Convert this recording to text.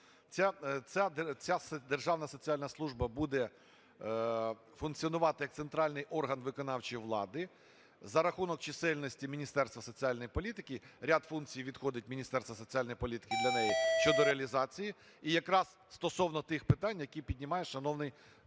Ця Державна соціальна служба буде функціонувати, як центральний орган виконавчої влади за рахунок чисельності Міністерства соціальної політики, ряд функцій відходить Міністерству соціальної політики для неї щодо реалізації і якраз стосовно тих питань, який піднімає шановний